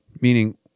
meaning